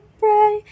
pray